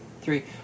three